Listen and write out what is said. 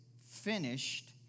finished